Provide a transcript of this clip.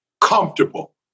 comfortable